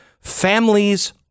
families